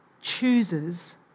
chooses